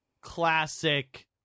classic